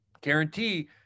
Guarantee